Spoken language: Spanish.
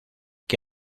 que